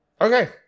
Okay